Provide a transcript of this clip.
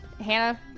Hannah